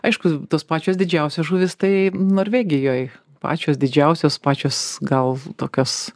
aišku tos pačios didžiausios žuvys tai norvegijoj pačios didžiausios pačios gal tokios